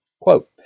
quote